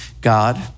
God